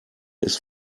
ist